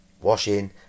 washing